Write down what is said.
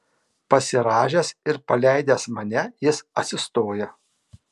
pasirąžęs ir paleidęs mane jis atsistoja